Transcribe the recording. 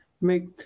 make